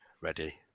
Ready